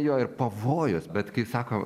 jo ir pavojus bet kai sako